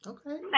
Okay